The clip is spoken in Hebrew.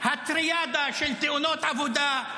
הטריאדה של תאונות עבודה,